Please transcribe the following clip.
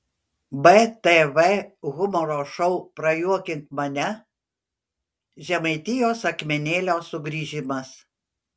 btv humoro šou prajuokink mane žemaitijos akmenėlio sugrįžimas